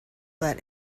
let